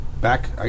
Back